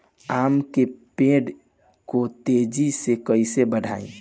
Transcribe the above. आम के पेड़ को तेजी से कईसे बढ़ाई?